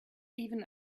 even